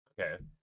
Okay